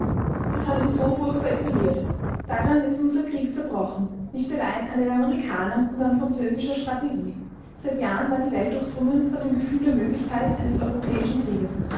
das hat uns so furchtbar isoliert daran ist unser krieg zerbrochen nicht allein an den amerikanern und an französischer strategie seit jahren war die welt durchdrungen von dem gefühl der möglichkeit eines europäischen krieges